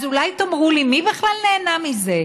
אז אולי תאמרו לי: מי בכלל נהנה מזה?